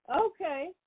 Okay